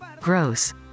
Gross